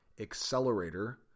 accelerator